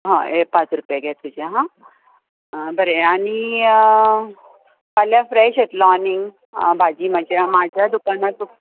हय हे पांच रुपया घे तुजे हा बरें आनी फाल्यां फ्रॅश येतलो आनीक भाजी म्हज्या म्हाज्या दुकानार तूक